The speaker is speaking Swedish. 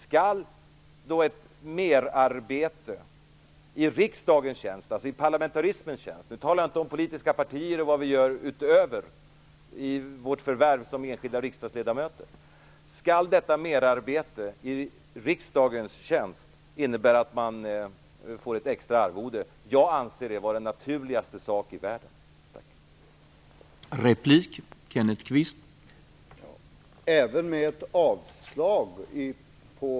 Skall ett merarbete i riksdagens tjänst, i parlamentarismens tjänst - nu talar jag inte om politiska partier och vad vi gör utöver vårt värv som enskilda riksdagsledamöter - innebära att man får ett extra arvode? Jag anser det vara den naturligaste sak i världen.